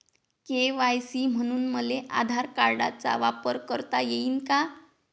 KYC म्हनून मले आधार कार्डाचा वापर करता येईन का?